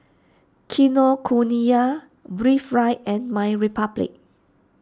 Kinokuniya Breathe Right and MyRepublic